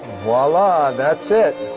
voila! that's it.